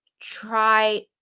try